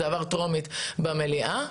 זה עבר טרומית במליאה,